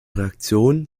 reaktionen